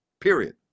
Period